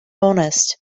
honest